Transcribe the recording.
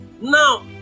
now